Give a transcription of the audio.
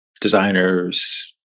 designers